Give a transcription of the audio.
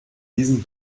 diesem